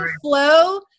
flow